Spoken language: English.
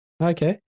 Okay